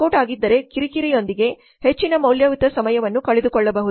out ಆಗಿದ್ದರೆ ಕಿರಿಕಿರಿಯೊಂದಿಗೆ ಹೆಚ್ಚಿನ ಮೌಲ್ಯಯುತ ಸಮಯವನ್ನು ಕಳೆದುಕೊಳ್ಳಬಹುದು